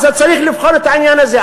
אז צריך לבחון את העניין הזה.